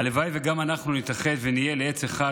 הלוואי שגם אנחנו נתאחד ונהיה לעץ אחד,